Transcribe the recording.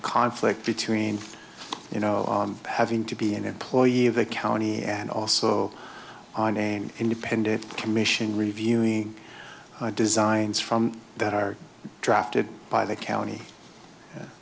conflict between you know having to be an employee of the county and also on an independent commission reviewing designs from that are drafted by the county